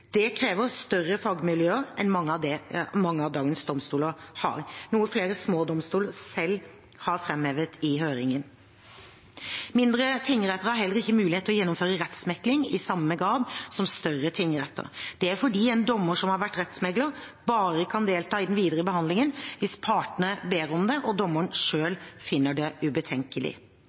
Det krever større fagmiljøer enn det mange av dagens domstoler har, noe flere små domstoler selv har framhevet i høringen. Mindre tingretter har heller ikke mulighet til å gjennomføre rettsmekling i samme grad som større tingretter. Det er fordi en dommer som har vært rettsmekler, bare kan delta i den videre behandlingen hvis partene ber om det, og dommeren selv finner det ubetenkelig.